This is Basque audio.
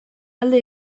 alde